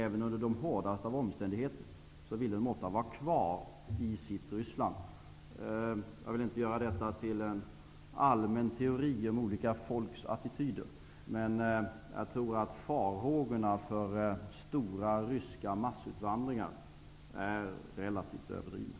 Även under de hårdaste av omständigheter ville de ofta stanna kvar i sitt Ryssland. Jag vill inte göra detta till en allmän teori om olika folks attityder, men jag tror att farhågorna för stora ryska massutvandringar är relativt överdrivna.